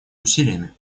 усилиями